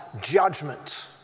judgment